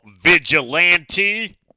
vigilante